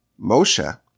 Moshe